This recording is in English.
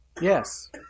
Yes